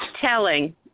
Telling